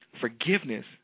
Forgiveness